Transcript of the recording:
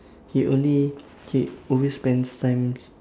he only he always spends time